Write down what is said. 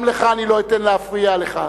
גם לך אני לא אתן להפריע לך.